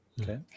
Okay